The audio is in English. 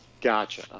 Gotcha